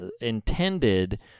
intended